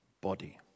body